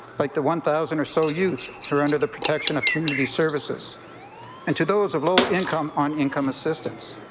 like the one thousand or so youth who are under the protection of community services and to those of low income on income assistance.